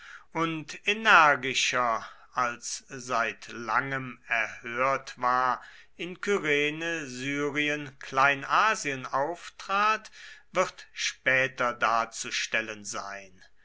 und energischer als seit langem erhört war in kyrene syrien kleinasien auftrat wird später darzustellen sein